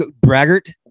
braggart